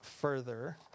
further